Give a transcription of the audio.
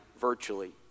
virtually